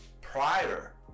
prior